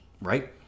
right